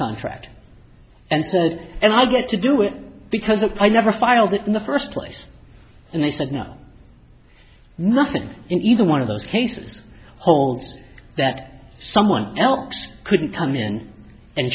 contract and so and i get to do it because that i never filed it in the first place and they said no nothing in either one of those cases holds that someone else couldn't come in and